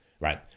right